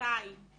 אנחנו